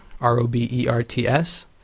R-O-B-E-R-T-S